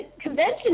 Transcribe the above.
Convention